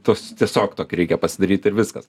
tos tiesiog tokį reikia pasidaryti ir viskas